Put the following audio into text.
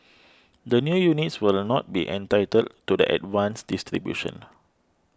the new units will not be entitled to the advanced distribution